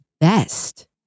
best